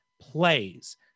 plays